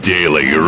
Daily